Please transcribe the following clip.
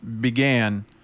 began